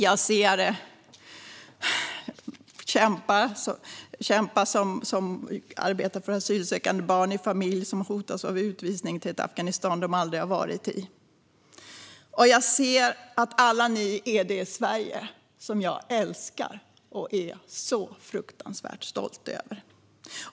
Jag ser kämpar som arbetar för asylsökande barn i familjer som hotas av utvisning till ett Afghanistan som de aldrig har varit i. Jag ser att alla ni är det Sverige som jag älskar och är så fruktansvärt stolt över.